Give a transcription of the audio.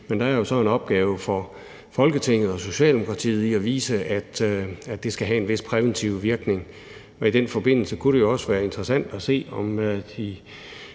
Men der er jo så en opgave for Folketinget og Socialdemokratiet i at vise, at det skal have en vis præventiv virkning, og i den forbindelse kunne det jo være interessant at se, om